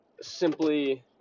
simply